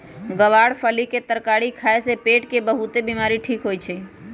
ग्वार के फली के तरकारी खाए से पेट के बहुतेक बीमारी ठीक होई छई